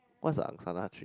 what's a Angsana tree